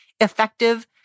effective